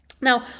Now